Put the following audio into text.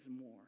more